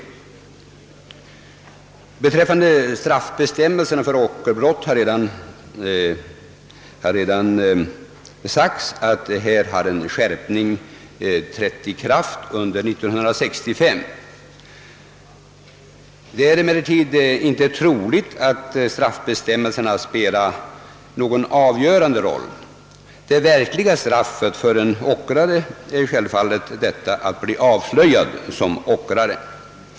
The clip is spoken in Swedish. Här har redan sagts att straffbestämmelserna för ockerbrott har skärpts under 1965. Det är emellertid inte troligt att straffbestämmelserna spelar någon avgörande roll. Det verkliga straffet för en ockrare är att bli avslöjad som ockrare.